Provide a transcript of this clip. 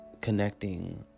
connecting